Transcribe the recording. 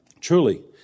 Truly